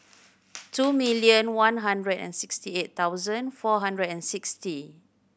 two million one hundred and sixty eight thousand four hundred and sixty